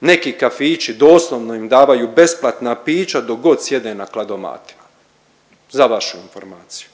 neki kafići doslovno im davaju besplatna pića dokgod sjede na kladomatima. Za vašu informaciju.